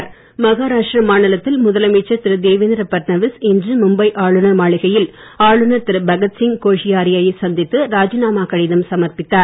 மகாராஷ்டிரா மகாராஷ்டிரா மாநிலத்தில் முதலமைச்சர் திரு தேவேந்திர ஃபட்நவீஸ் இன்று மும்பை ஆளுநர் மாளிகையில் ஆளுநர் திரு பகத்சிங் கோஷியாரியை சந்தித்து ராஜினாமா கடிதம் சமர்ப்பித்தார்